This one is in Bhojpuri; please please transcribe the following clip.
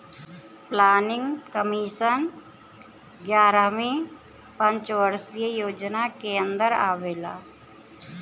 प्लानिंग कमीशन एग्यारहवी पंचवर्षीय योजना के अन्दर आवेला